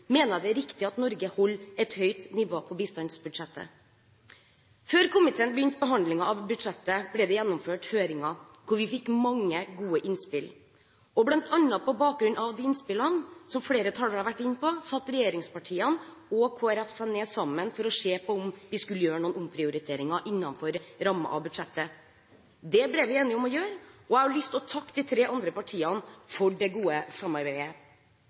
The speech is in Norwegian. mener jeg det er riktig at Norge holder et høyt nivå på bistandsbudsjettet. Før komiteen begynte behandlingen av budsjettet, ble det gjennomført høringer, der vi fikk mange gode innspill. Blant annet på bakgrunn av de innspillene, som flere talere har vært inne på, satte regjeringspartiene og Kristelig Folkeparti seg ned sammen for å se på om vi skulle gjøre noen omprioriteringer innenfor rammen av budsjettet. Det ble vi enige om å gjøre, og jeg har lyst til å takke de tre andre partiene for